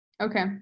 Okay